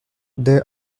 they